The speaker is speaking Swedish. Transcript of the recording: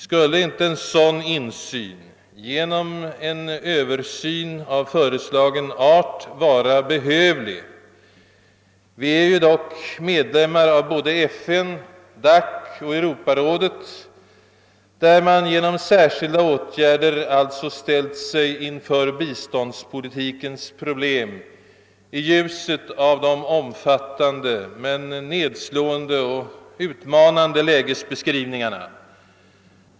Skulle en insyn av föreslagen art inte vara behövlig? Sverige är dock medlem av såväl FN, DAC som Europarådet, där man alltså genom särskilda åtgärder ställt sig inför biståndspolitikens problem i ljuset av de omfattande men nedslående och utmanande lägesbeskrivningarna.